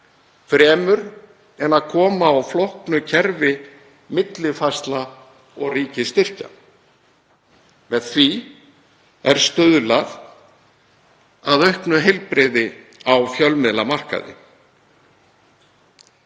fremur en að koma á flóknu kerfi millifærslna og ríkisstyrkja. Með því er stuðlað að auknu heilbrigði á fjölmiðlamarkaði.